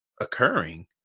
occurring